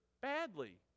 badly